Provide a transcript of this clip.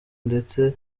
ndetse